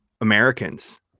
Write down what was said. Americans